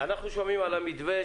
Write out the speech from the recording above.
אנחנו שומעים על מתווה.